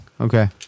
okay